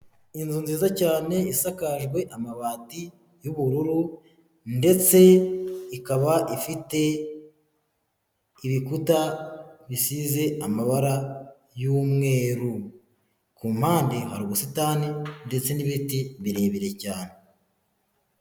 Inzu nziza cyane isakajwe amabati y'ubururu ndetse ikaba ifite ibikuta bisize amabara y'umweru, ku mpande hari ubusitani ndetse n'ibiti birebire cyane.